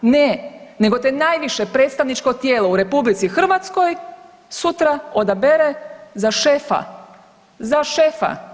Ne, nego te najviše predstavničko tijelo u RH sutra odabere za šefa, za šefa.